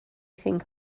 think